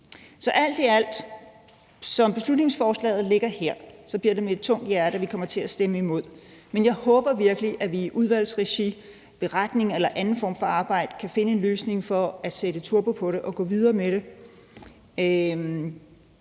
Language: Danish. Så alt i alt, som beslutningsforslaget ligger her, bliver det med tungt hjerte, at vi kommer til at stemme imod, men jeg håber virkelig, at vi i udvalgsregi med en beretning eller anden form for arbejde kan finde en løsning og sætte turbo på det og gå videre med det,